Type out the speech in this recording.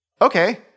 okay